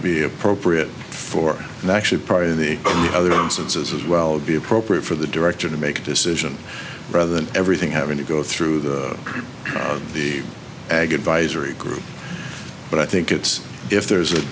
be appropriate for and actually probably the other instances as well be appropriate for the director to make a decision rather than everything having to go through the crew or the ag advisory group but i think it's if there's a